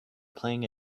playing